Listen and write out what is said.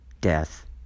death